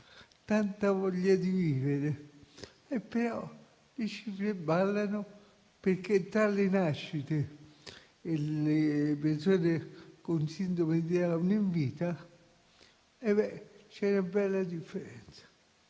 tanta voglia di vivere. Però le cifre ballano perché tra le nascite e le persone con sindrome di Down in vita c'è una bella differenza,